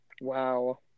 Wow